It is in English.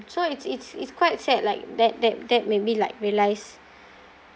so it's it's it's quite sad like that that that made me like realise